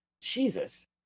Jesus